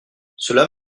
cela